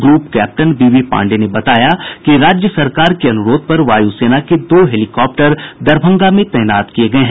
group captain B B Pandey ने बताया कि राज्य सरकार के अनुरोध पर वायु सेना के दो हेलीकॉप्टर दरभंगा में तैनात किये गये हैं